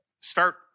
start